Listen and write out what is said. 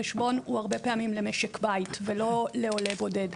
חשבון הוא הרבה פעמים למשק בית ולא לעולה בודד,